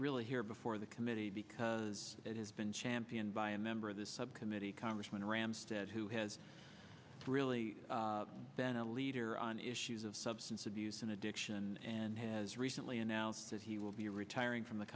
really here before the committee because it has been championed by a member of the subcommittee congressman ramstad who has really been a leader on issues of substance abuse and addiction and has recently announced that he will be retiring from the